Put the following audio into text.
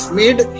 made